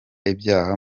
ibyaha